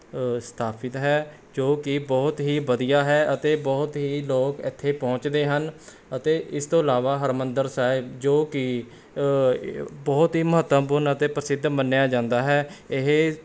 ਸਥਾਪਿਤ ਹੈ ਜੋ ਕਿ ਬਹੁਤ ਹੀ ਵਧੀਆ ਹੈ ਅਤੇ ਬਹੁਤ ਹੀ ਲੋਕ ਇੱਥੇ ਪਹੁੰਚਦੇ ਹਨ ਅਤੇ ਇਸ ਤੋਂ ਇਲਾਵਾ ਹਰਿਮੰਦਰ ਸਾਹਿਬ ਜੋ ਕਿ ਬਹੁਤ ਹੀ ਮਹੱਤਵਪੂਰਨ ਅਤੇ ਪ੍ਰਸਿੱਧ ਮੰਨਿਆ ਜਾਂਦਾ ਹੈ ਇਹ